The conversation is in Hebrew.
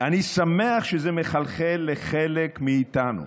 אני שמח שזה מחלחל לחלק מאיתנו,